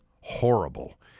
horrible